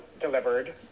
delivered